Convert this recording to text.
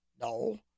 No